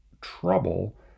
trouble